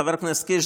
חבר הכנסת קיש,